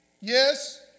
Yes